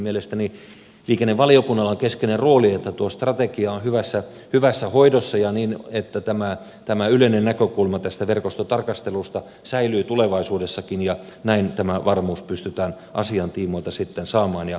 mielestäni liikennevaliokunnalla on keskeinen rooli että tuo strategia on hyvässä hoidossa niin että yleinen näkökulma tästä verkostotarkastelusta säilyy tulevaisuudessakin ja näin tämä varmuus pystytään asian tiimoilta sitten saamaan ja katsomaan eteenpäin